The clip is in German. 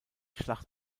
schlacht